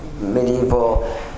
medieval